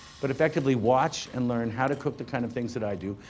but effectively watch and learn how to cook the kind of things that i do,